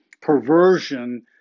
perversion